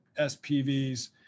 SPVs